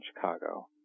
chicago